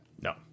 No